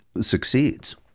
succeeds